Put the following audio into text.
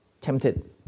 tempted